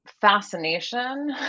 fascination